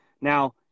Now